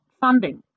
funding